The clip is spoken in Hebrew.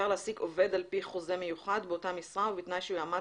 להעסיק עובד על פי חוזה מיוחד באותה משרה ובתנאי שיועמד